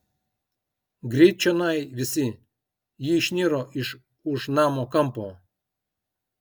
greit čionai visi ji išniro iš už namo kampo